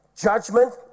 Judgment